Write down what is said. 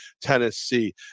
Tennessee